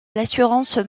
l’assurance